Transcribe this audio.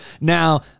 Now